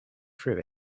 through